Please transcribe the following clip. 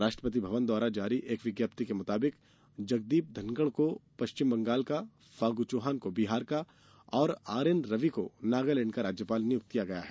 राष्ट्रपति भवन द्वारा जारी एक विज्ञप्ति के मुताबिक जगदीप धनकड़ को पश्चिम बंगाल का फाग् चौहान को बिहार का और आरएन रवि को नागालैण्ड का राज्यपाल नियुक्त किया गया है